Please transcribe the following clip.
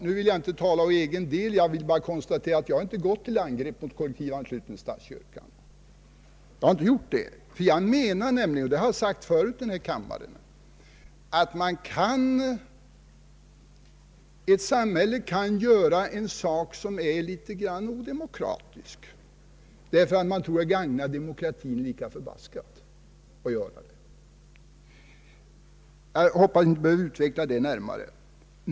Nu vill jag inte tala för egen del men jag vill påpeka att jag inte har gått till angrepp mot kollektivanslutning till statskyrkan. Jag anser nämligen, och det har jag sagt tidigare här i kammaren, att man i ett samhälle kan göra något som är litet odemokratiskt därför att man tror att det ändå gagnar demokratin. Jag hoppas att detta inte behöver utvecklas närmare.